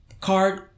card